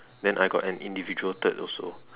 then I got an individual third also